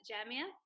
Jamia